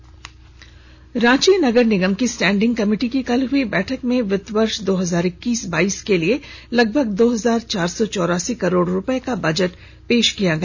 नगर निगम रांची नगर निगम की स्टैंडिंग कमिटी की कल हुई बैठक में वित्तीय वर्ष दो हजार इक्कीस बाइस के लिए दो हजार चार सौ चौरासी करोड़ रुपए का बजट पेश किया गया